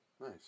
Nice